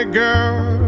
girl